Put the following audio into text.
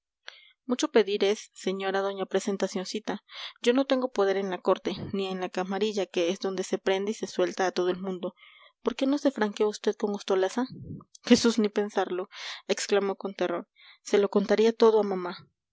mucho pedir es señora doña presentacioncita yo no tengo poder en la corte ni en la camarilla que es donde se prende y se suelta a todo el mundo por qué no se franquea vd con ostolaza jesús ni pensarlo exclamó con terror se lo contaría todo a mamá